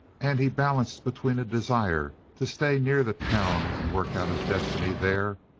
and he balanced between a desire to stay near the town and work out his destiny there,